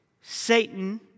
Satan